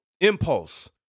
impulse